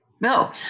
No